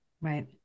right